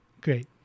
Great